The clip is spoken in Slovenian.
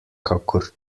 kakor